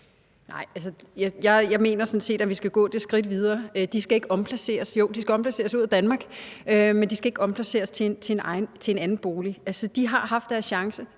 sådan set, at vi skal gå det skridt videre. De skal ikke omplaceres – jo, de skal omplaceres ud af Danmark, men de skal ikke omplaceres til en anden bolig. De har haft deres chance,